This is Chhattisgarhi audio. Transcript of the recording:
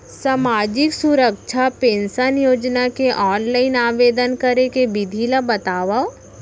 सामाजिक सुरक्षा पेंशन योजना के ऑनलाइन आवेदन करे के विधि ला बतावव